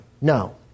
No